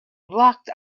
locked